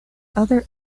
other